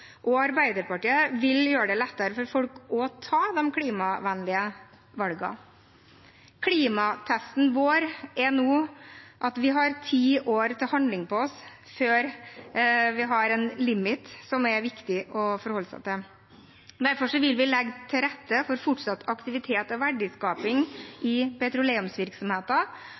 og Arbeiderpartiet vil gjøre det lettere for folk å ta de klimavennlige valgene. Klimatesten vår er nå at vi har ti år på oss til handling før vi har en limit som er viktig å forholde seg til. Derfor vil vi legge til rette for fortsatt aktivitet og verdiskaping i petroleumsvirksomheten,